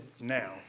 now